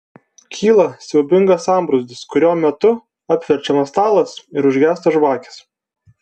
kyla siaubingas sambrūzdis kurio metu apverčiamas stalas ir užgęsta žvakės